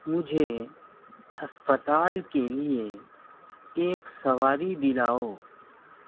مجھے ہسپتال کے لیے ایک سواری دلاؤ